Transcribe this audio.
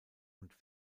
und